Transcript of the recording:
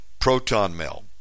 ProtonMail